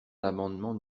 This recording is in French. l’amendement